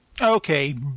Okay